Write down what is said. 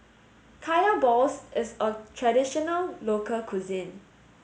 Kaya Balls is a traditional local cuisine